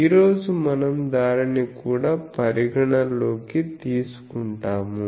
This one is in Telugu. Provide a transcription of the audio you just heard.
ఈ రోజు మనం దానిని కూడా పరిగణనలోకి తీసుకుంటాము